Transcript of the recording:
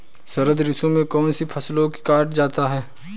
शरद ऋतु में कौन सी फसलों को काटा जाता है?